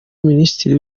minisitiri